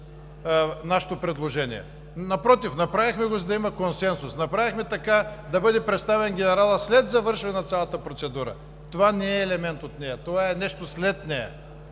нашето предложение. Напротив, направихме го, за да има консенсус, направихме така да бъде представен генералът след завършване на цялата процедура. Това не е елемент от нея, това е нещо след нея.